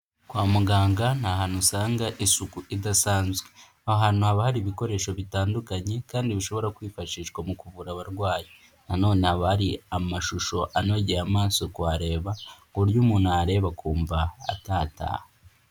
Kwa muganga ni ahantu usanga isuku idasanzwe. Aho hantu haba hari ibikoresho bitandukanye kandi bishobora kwifashishwa mu kuvura abarwayi. Na none haba hari amashusho anogeye amaso kuyareba ku buryo umuntu ayareba akumva atataha.